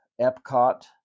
Epcot